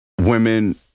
Women